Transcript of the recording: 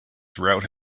throughout